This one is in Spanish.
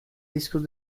discos